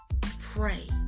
pray